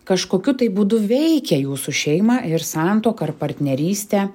kažkokiu būdu veikia jūsų šeimą ir santuoką ar partnerystę